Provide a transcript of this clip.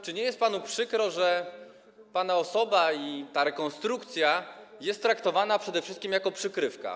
Czy nie jest panu przykro, że pana osoba, ta rekonstrukcja jest traktowana przede wszystkim jako przykrywka?